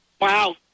Wow